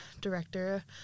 director